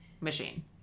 machine